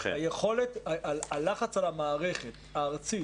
הלחץ על המערכת הארצית,